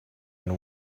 and